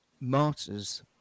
martyrs